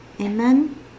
Amen